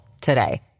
today